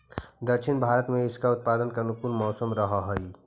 दक्षिण भारत में इसके उत्पादन के अनुकूल मौसम रहअ हई